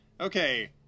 Okay